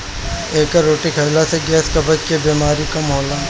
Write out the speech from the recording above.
एकर रोटी खाईला से गैस, कब्ज के बेमारी कम होला